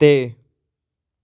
ਅਤੇ